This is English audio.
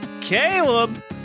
Caleb